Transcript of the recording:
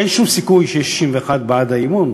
אין שום סיכוי שיהיו 61 בעד האי-אמון,